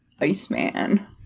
Iceman